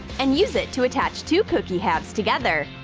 and use it to attach two cookie halves together.